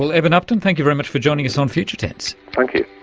and eban upton, thank you very much for joining us on future tense. thank you.